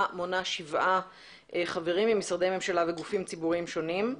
מונה שבעה חברים ממשרדי הממשלה וגופים וציבוריים שונים.